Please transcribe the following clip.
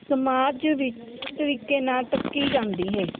ਸਮਾਜ ਵਿੱਚ ਤਰੀਕੇ ਨਾਲ ਟਕੀ ਜਾਂਦੀ ਹੈ